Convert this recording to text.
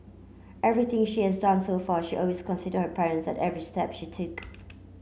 everything she has done so far she always considered her parents at every step she take